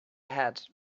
head